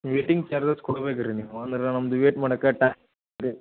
waiting charges ಕೊಡ್ಬೇಕು ರೀ ನೀವು ಅಂದ್ರೆ ನಮ್ದು ವೇಟ್ ಮಾಡಕ್ಕೆ ಟೈಮ್